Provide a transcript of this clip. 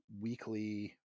weekly